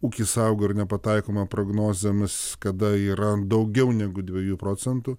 ūkis augo ir nepataikoma prognozėmis kada yra daugiau negu dviejų procentų